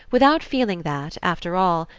without feeling that, after all,